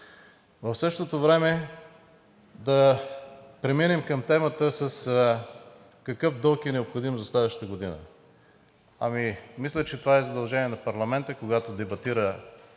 В същото време да преминем към темата – какъв дълг е необходим за следващата година. Мисля, че това е задължение на парламента, когато дебатира